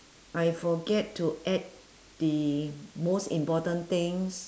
I forget to add the most important things